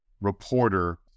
reporter